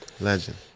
Legend